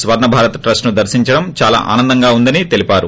Swarna Bharat trust ను సందర్శించడం దాలా ఆనందంగా ఉందని తెలిపారు